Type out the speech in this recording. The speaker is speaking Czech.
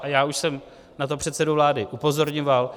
A já už jsem na to předsedu vlády upozorňoval.